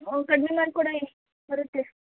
ಹ್ಞೂ ಕಡಿಮೆ ಮಾಡಿಕೊಡಿ ಬರುತ್ತೆ